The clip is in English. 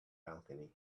balcony